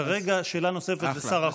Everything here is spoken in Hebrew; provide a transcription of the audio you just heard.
כרגע, שאלה נוספת לשר החוץ.